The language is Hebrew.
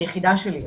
היחידה שלי,